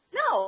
no